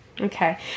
Okay